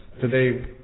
Today